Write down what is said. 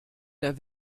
der